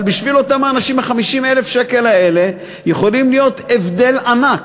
אבל בשביל אותם אנשים 50,000 השקלים האלה יכולים להיות הבדל ענק.